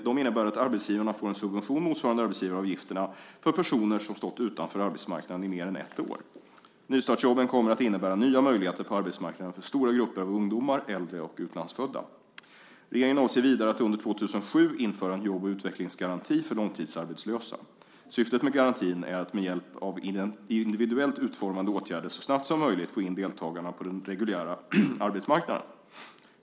De innebär att arbetsgivarna får en subvention motsvarande arbetsgivaravgifterna för personer som stått utanför arbetsmarknaden i mer än ett år. Nystartsjobben kommer att innebära nya möjligheter på arbetsmarknaden för stora grupper av ungdomar, äldre och utlandsfödda. Regeringen avser vidare att under 2007 införa en jobb och utvecklingsgaranti för långtidsarbetslösa. Syftet med garantin är att med hjälp av individuellt utformade åtgärder så snabbt som möjligt få in deltagarna på den reguljära arbetsmarknaden.